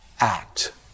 act